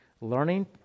learning